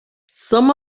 some